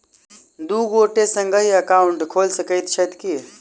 दु गोटे संगहि एकाउन्ट खोलि सकैत छथि की?